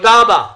אני